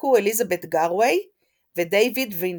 שיחקו אליזבת גארווי ודייוויד רינטול.